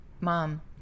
mom